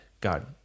God